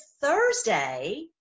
Thursday